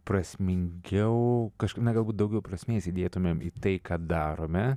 prasmingiau kažkur na galbūt daugiau prasmės įdėtumėm į tai ką darome